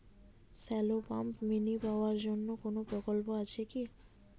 Shallow pump mini power জন্য কোনো প্রকল্প আছে কি?